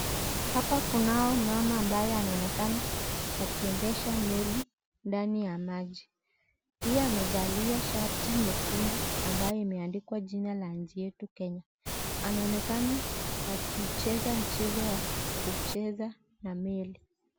Hapa kunao mama ambaye anaonekana akiendesha meli ndani ya maji. Pia amevalia shati nyekundu ambayo imeandikwa jina la nchi yetu Kenya. Anaonekana akicheza mchezo wa kucheza na meli.